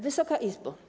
Wysoka Izbo!